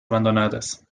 abandonadas